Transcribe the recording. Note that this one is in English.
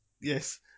Yes